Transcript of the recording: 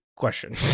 question